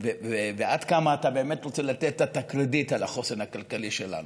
ועד כמה אתה באמת רוצה לתת לה את הקרדיט על החוסן הכלכלי שלנו.